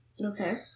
Okay